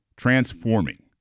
transforming